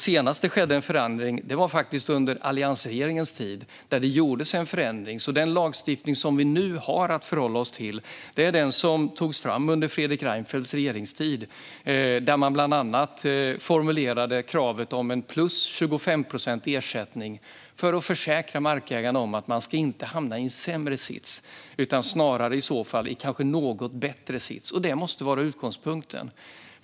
Senast en förändring gjordes var under alliansregeringens tid. Den lagstiftning som vi alltså nu har att förhålla oss till är den som togs fram under Fredrik Reinfeldts regeringstid. Då formulerade man bland annat kravet på en ersättning om plus 25 procent för att försäkra markägaren om att denne inte ska hamna i en sämre sits utan snarare i en något bättre. Detta måste vara utgångspunkten.